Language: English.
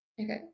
Okay